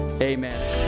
Amen